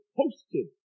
posted